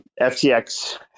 FTX